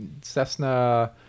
Cessna